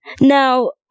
Now